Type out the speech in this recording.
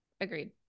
Agreed